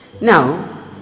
Now